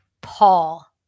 Paul